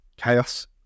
Chaos